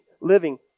living